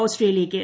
ഓസ്ട്രേലിയയ്ക്ക്